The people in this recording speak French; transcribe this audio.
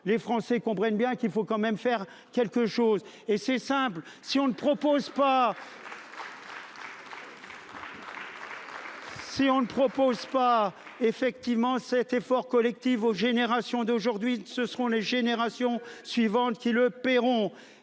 les Français comprennent bien qu'il faut quand même faire quelque chose et c'est simple, si on ne propose pas. Si on ne propose pas effectivement cet effort collectif aux générations d'aujourd'hui, ce seront les générations suivantes qui le paieront